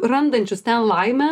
randančius ten laimę